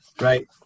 right